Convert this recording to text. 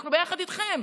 אנחנו ביחד איתכם.